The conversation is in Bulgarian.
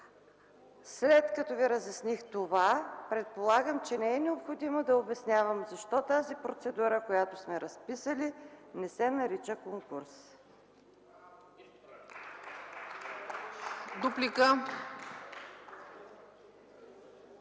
След като Ви разясних това, предполагам, че не е необходимо да обяснявам защо тази процедура, която сме разписали, не се нарича конкурс.